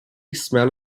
smell